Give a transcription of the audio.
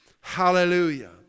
Hallelujah